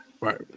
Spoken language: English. Right